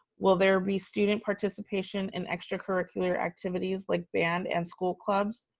will there be student participation and extracurricular activities like band and school clubs?